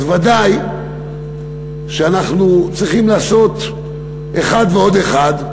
אז ודאי שאנחנו צריכים לעשות אחד ועוד אחד,